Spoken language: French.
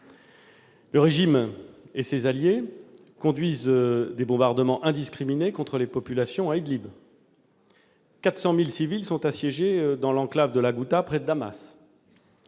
Le régime et ses alliés conduisent des bombardements indiscriminés contre les populations à Idlib, 400 000 civils sont assiégés dans l'enclave de la Ghouta, près de Damas.